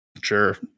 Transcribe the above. Sure